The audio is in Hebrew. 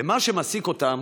ומה שמעסיק אותם